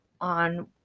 on